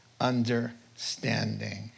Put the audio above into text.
understanding